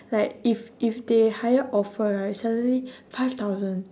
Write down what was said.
like if if they higher offer right suddenly five thousand